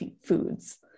foods